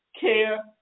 care